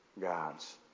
God's